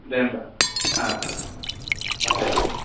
दे होमब्ला दे दे